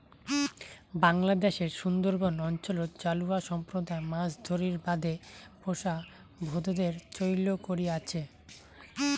বাংলাদ্যাশের সুন্দরবন অঞ্চলত জালুয়া সম্প্রদায় মাছ ধরির বাদে পোষা ভোঁদরের চৈল করি আচে